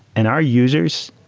and our users,